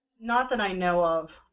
not that i know of.